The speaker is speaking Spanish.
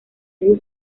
bus